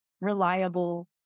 reliable